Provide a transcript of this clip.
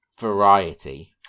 variety